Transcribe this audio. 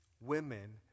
women